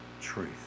truth